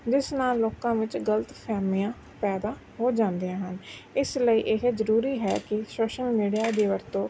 ਜਿਸ ਨਾਲ ਲੋਕਾਂ ਵਿੱਚ ਗਲਤ ਫਹਿਮੀਆਂ ਪੈਦਾ ਹੋ ਜਾਂਦੀਆਂ ਹਨ ਇਸ ਲਈ ਇਹ ਜ਼ਰੂਰੀ ਹੈ ਕਿ ਸੋਸ਼ਲ ਮੀਡੀਆ ਦੀ ਵਰਤੋਂ